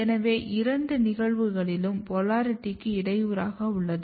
எனவே இரண்டு நிகழ்வுகளிலும் போலாரிட்டிக்கு இடையூறாக உள்ளது